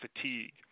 fatigue